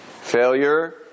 Failure